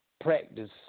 practice